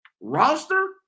roster